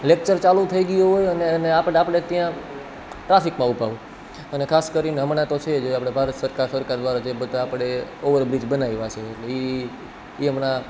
lecture ચાલુ થઈ ગયું હોય અને અને આપણે ત્યાં ટ્રાફિકમાં ઊભા હોય અને ખાસ કરીને હમણાં તો છે આપણે ભારત સરકાર દ્વારા જે બધાં આપણે ઓવરબ્રિજ બનાવ્યા છે એટલે ઈ ઈ હમણાં